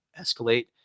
escalate